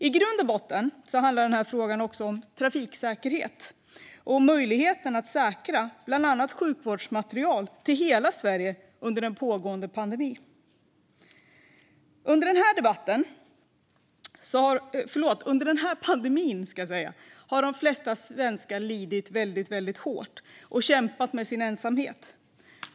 I grund och botten handlar den här frågan också om trafiksäkerhet och om möjligheten att säkra bland annat sjukvårdsmateriel till hela Sverige under den pågående pandemin. Under den här pandemin har de flesta svenskar lidit väldigt hårt och kämpat med sin ensamhet.